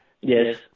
Yes